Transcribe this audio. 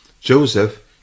Joseph